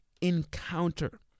encounter